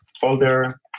folder